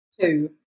two